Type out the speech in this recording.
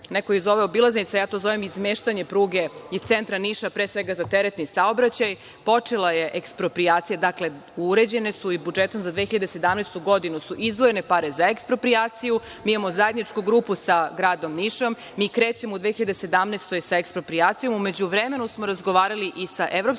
neko ih zove obilaznice, ja to zovem izmeštanje pruge iz centra Niša, pre svega za teretni saobraćaj. Počela je eksproprijacija, dakle, uređene su i budžetom za 2017. godinu su izdvojene pare za eksproprijaciju. Mi imamo zajedničku grupu sa gradom Nišom, mi krećemo u 2017. godini sa eksproprijacijom. U međuvremenu smo razgovarali i sa Evropskom